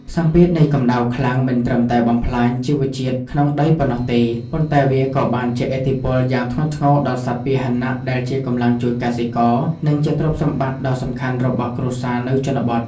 សម្ពាធនៃកម្ដៅខ្លាំងមិនត្រឹមតែបំផ្លាញជីវជាតិក្នុងដីប៉ុណ្ណោះទេ ប៉ុន្តែវាក៏បានជះឥទ្ធិពលយ៉ាងធ្ងន់ធ្ងរដល់សត្វពាហនៈ ដែលជាកម្លាំងជួយកសិករ និងជាទ្រព្យសម្បត្តិដ៏សំខាន់របស់គ្រួសារនៅជនបទ។